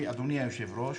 אדוני היושב-ראש,